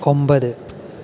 ഒമ്പത്